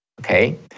okay